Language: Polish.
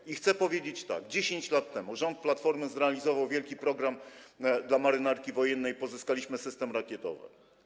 I chcę powiedzieć tak: 10 lat temu rząd Platformy zrealizował wielki program dla Marynarki Wojennej, pozyskaliśmy system rakietowy.